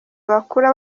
bakura